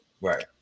Right